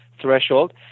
threshold